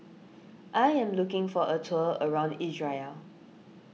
I am looking for a tour around Israel